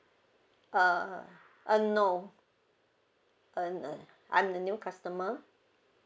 uh uh no um uh I'm a new customer